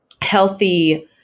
healthy